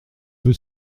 feu